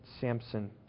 Samson